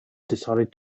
decided